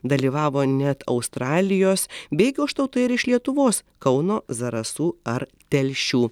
dalyvavo net australijos bei goštautai ir iš lietuvos kauno zarasų ar telšių